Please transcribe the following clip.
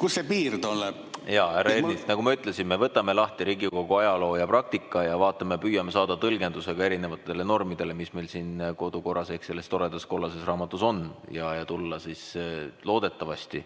Kust see piir tuleb? Jaa, härra Ernits, nagu ma ütlesin, me võtame lahti Riigikogu ajaloo ja praktika ning vaatame, püüame saada tõlgenduse ka erinevatele normidele, mis meil siin kodukorras ehk selles toredas kollases raamatus on, ja tulla siis juhatuses loodetavasti